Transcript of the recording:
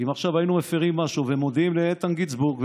אם עכשיו היינו מפירים משהו ומודיעים לאיתן גינזבורג,